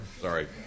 sorry